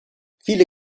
viele